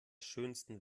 schönsten